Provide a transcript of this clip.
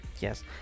yes